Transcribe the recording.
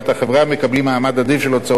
מקבלים מעמד עדיף של הוצאות הבראה.